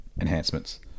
enhancements